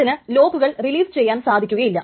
അതിന് ലോക്കുകൾ റിലീസ് ചെയ്യാൻ സാധിക്കുകയില്ല